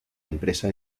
empresa